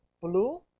blue